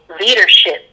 leadership